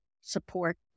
support